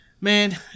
Man